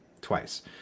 twice